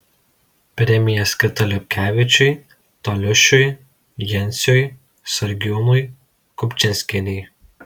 premija skirta liupkevičiui toliušiui jenciui sargiūnui kupčinskienei